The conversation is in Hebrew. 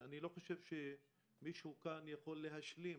אני לא חושב שמישהו כאן יכול להשלים